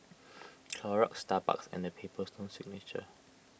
Clorox Starbucks and the Paper Stone Signature